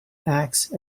axe